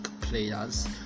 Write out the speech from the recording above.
players